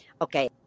okay